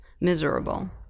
miserable